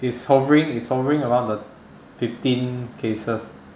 it's hovering it's hovering around the fifteen cases